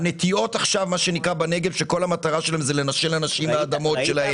הנטיעות בנגב שכל המטרה שלהן היא לנשל אנשים מהאדמות שלהם,